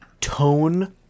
tone